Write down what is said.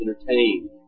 entertained